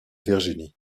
virginie